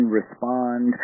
respond